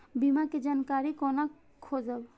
बीमा के जानकारी कोना खोजब?